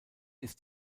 ist